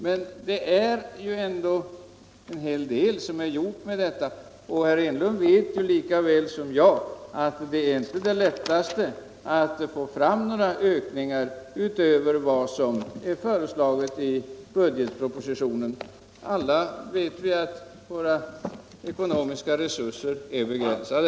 Men det har ju ändå gjorts en hel del på detta område, och herr Enlund vet lika bra som jag att det inte är det lättaste att öka anslagen utöver vad som är föreslaget i budgetpropositionen. Alla vet vi ju att våra ekonomiska resurser är mycket begränsade.